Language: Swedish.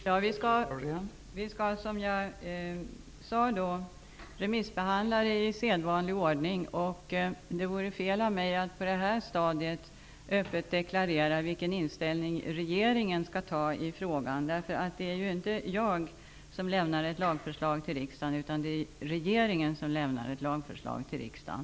Fru talman! Vi skall remissbehandla detta i sedvanlig ordning, som jag sade. Det vore fel av mig att på det här stadiet öppet deklarera vilken inställning regeringen kommer att ha i frågan. Det är ju inte jag som lämnar ett lagförslag till riksdagen. Det är regeringen som lämnar ett lagförslag till riksdagen.